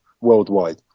worldwide